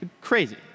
Crazy